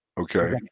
Okay